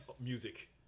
music